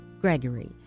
Gregory